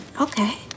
Okay